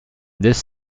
this